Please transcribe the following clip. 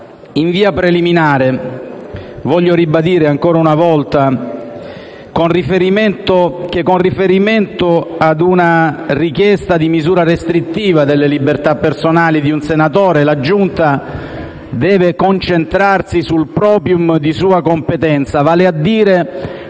In via preliminare voglio ribadire, ancora una volta, che con riferimento ad una richiesta di misura restrittiva delle libertà personali di un senatore la Giunta deve concentrarsi sul *proprium* di sua competenza, vale a dire